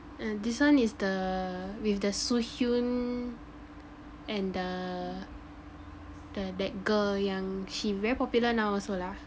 mm this one is the with the Soo Hyun and the the that girl yang she very popular now also lah